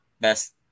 best